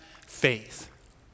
faith